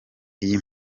iyi